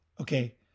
okay